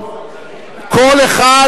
ועדת